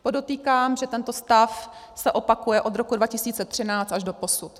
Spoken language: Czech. Podotýkám, že tento stav se opakuje od roku 2013 až doposud.